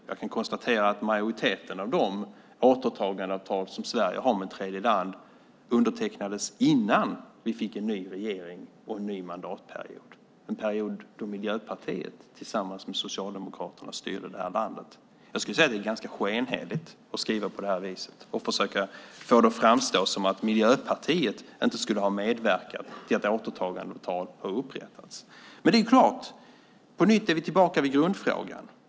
Jag kan konstatera att majoriteten av de återtagandeavtal som Sverige har med tredjeland undertecknades innan vi fick en ny regering och en ny mandatperiod. Det var under en period då Miljöpartiet tillsammans med Socialdemokraterna styrde det här landet. Jag skulle vilja säga att det är ganska skenheligt att skriva på det här viset och försöka få det att framstå som att Miljöpartiet inte skulle ha medverkat till att återtagandeavtal har upprättats. På nytt är vi tillbaka vid grundfrågan.